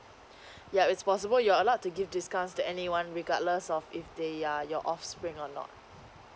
yeah it's possible you're allowed to give discount to anyone regardless of if they are your offspring or not